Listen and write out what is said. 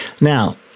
Now